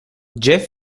jeff